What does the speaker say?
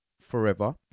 forever